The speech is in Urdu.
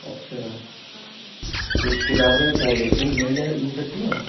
اچھا کچھ کتابیں چاہیے تھیں مل مل سکتی ہیں